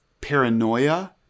paranoia